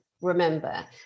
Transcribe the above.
remember